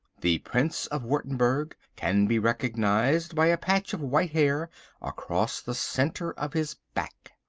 the prince of wurttemberg can be recognised by a patch of white hair across the centre of his back.